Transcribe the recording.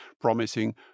promising